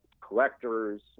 collectors